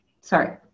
sorry